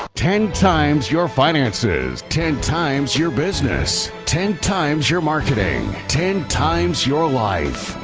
ten times your finances. ten times your business. ten times your marketing. ten times your life.